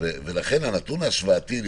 הנתון ההשוואתי,